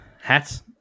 hat